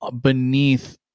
beneath